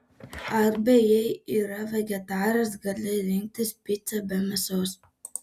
arba jei yra vegetaras gali rinktis picą be mėsos